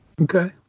Okay